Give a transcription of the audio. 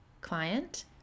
client